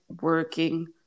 working